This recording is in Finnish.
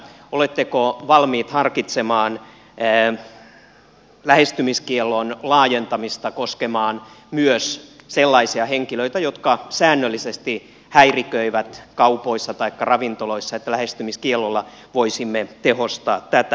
oletteko valmiit harkitsemaan lähestymiskiellon laajentamista koskemaan myös sellaisia henkilöitä jotka säännöllisesti häiriköivät kaupoissa taikka ravintoloissa niin että lähestymiskiellolla voisimme tehostaa tätä